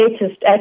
latest